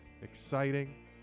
exciting